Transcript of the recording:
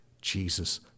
Jesus